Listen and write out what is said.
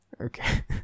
okay